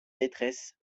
maîtresses